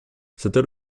c’était